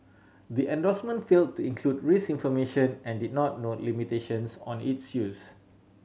the endorsement fail to include risk information and did not note limitations on its use